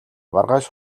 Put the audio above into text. маргааш